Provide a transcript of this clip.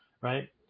right